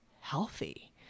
healthy